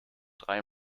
drei